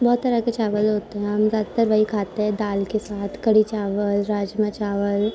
بہت طرح کے چاول ہوتے ہیں ہم زیادہ تر وہی کھاتے ہیں دال کے ساتھ کڑھی چاول راجما چاول